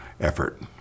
effort